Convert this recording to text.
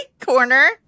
corner